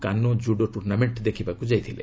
କାନୋ judo tournament ଦେଖିବାକୁ ଯାଇଥିଲେ